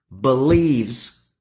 believes